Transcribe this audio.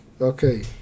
okay